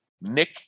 Nick